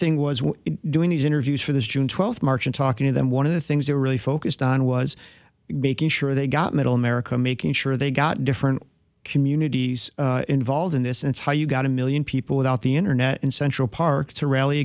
thing was doing these interviews for this june twelfth march and talking to them one of the things they were really focused on was making sure they got middle america making sure they got different communities involved in this it's how you got a million people without the internet in central park to rally